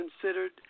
considered